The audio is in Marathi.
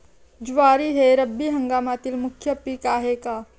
ज्वारी हे रब्बी हंगामातील मुख्य पीक आहे का?